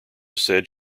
said